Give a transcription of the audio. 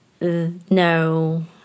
No